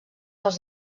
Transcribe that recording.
del